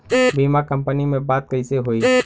बीमा कंपनी में बात कइसे होई?